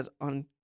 on